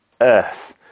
earth